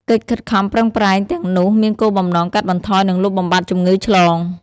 កិច្ចខិតខំប្រឹងប្រែងទាំងនោះមានគោលបំណងកាត់បន្ថយ និងលុបបំបាត់ជំងឺឆ្លង។